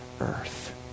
earth